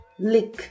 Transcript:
Lick